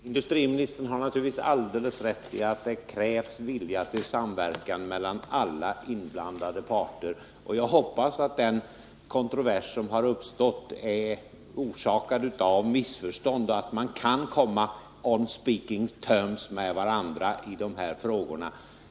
Herr talman! Industriministern har naturligtvis alldeles rätt i att det krävs vilja till samverkan mellan alla inblandade parter. Jag hoppas att den kontrovers som har uppstått är orsakad av missförstånd och att man skall komma on speaking terms med varandra i de här frågorna.